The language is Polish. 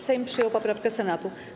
Sejm przyjął poprawkę Senatu.